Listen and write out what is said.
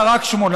יוצר?